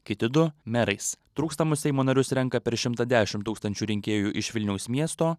kiti du merais trūkstamus seimo narius renka per šimtą dešimt tūkstančių rinkėjų iš vilniaus miesto